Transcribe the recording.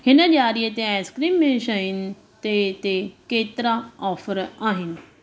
हिन ॾियारीअ ते आइसक्रीम में शयुनि ते ते केतिरा ऑफ़र आहिनि